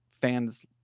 fans